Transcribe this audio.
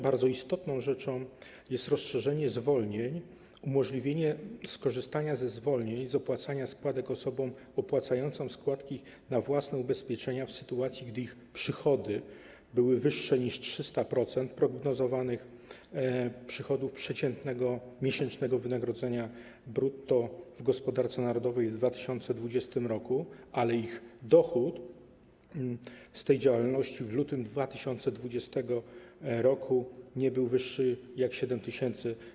Bardzo istotną rzeczą jest rozszerzenie zwolnień, umożliwienie skorzystania ze zwolnień z opłacania składek osobom opłacającym składki na własne ubezpieczenia, w sytuacji gdy ich przychody były wyższe niż 300% prognozowanych przychodów przeciętnego miesięcznego wynagrodzenia brutto w gospodarce narodowej w 2020 r., ale ich dochód z tej działalności w lutym 2020 r. nie był wyższy niż 7 tys.